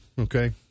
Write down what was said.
Okay